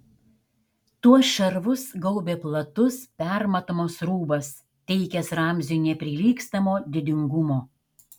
tuos šarvus gaubė platus permatomas rūbas teikęs ramziui neprilygstamo didingumo